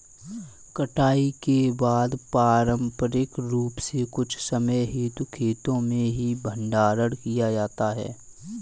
कटाई के बाद पारंपरिक रूप से कुछ समय हेतु खेतो में ही भंडारण किया जाता था